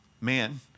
Man